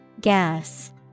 gas